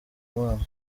umwana